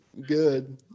good